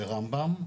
לרמב"ם.